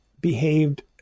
behaved